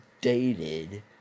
dated